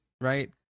right